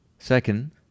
Second